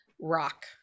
rock